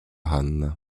hanna